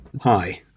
Hi